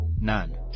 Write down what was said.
none